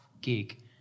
gig